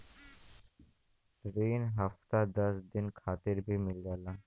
रिन हफ्ता दस दिन खातिर भी मिल जाला